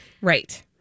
right